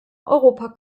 europa